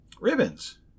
ribbons